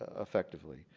ah effectively.